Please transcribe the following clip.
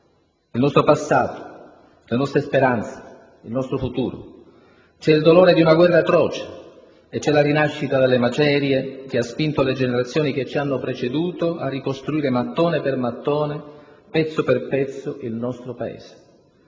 il nostro passato, le nostre speranze, il nostro futuro. C'è il dolore di una guerra atroce e c'è la rinascita dalle macerie che ha spinto le generazioni che ci hanno preceduto a ricostruire mattone per mattone, pezzo per pezzo, il nostro Paese.